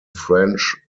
french